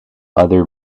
other